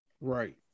right